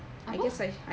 apa